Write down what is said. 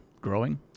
growing